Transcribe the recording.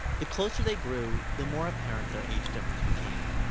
the closer they grew, the more apparent their age difference became.